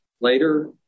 later